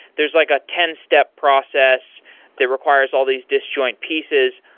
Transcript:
there's like a ten step process that requires all these disjoint pieces.